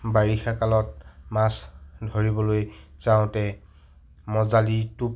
বাৰিষা কালত মাছ ধৰিবলৈ যাওঁতে মজালি টোপ